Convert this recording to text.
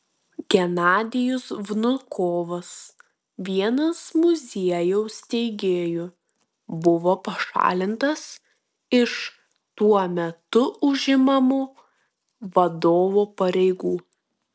genadijus vnukovas vienas muziejaus steigėjų buvo pašalintas iš tuo metu užimamų vadovo pareigų